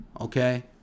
Okay